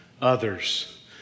others